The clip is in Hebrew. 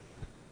כולל תשתיות.